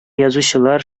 язучылар